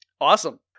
Awesome